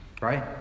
right